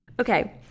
Okay